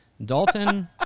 Dalton